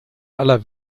aller